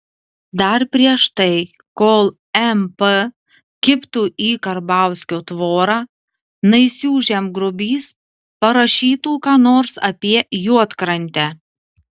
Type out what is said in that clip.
dar prieš tai kol mp kibtų į karbauskio tvorą naisių žemgrobys parašytų ką nors apie juodkrantę